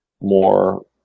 more